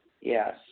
Yes